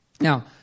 Now